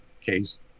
case